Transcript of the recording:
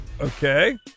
Okay